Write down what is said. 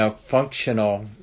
functional